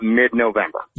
mid-November